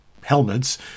helmets